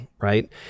Right